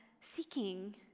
seeking